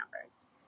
numbers